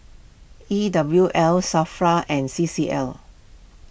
E W L Safra and C C L